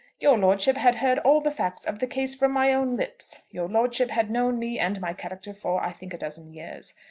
your lordship had heard all the facts of the case from my own lips. your lordship had known me and my character for, i think, a dozen years.